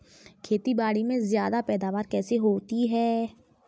खेतीबाड़ी में ज्यादा पैदावार कैसे होती है?